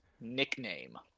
nickname